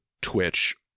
Twitch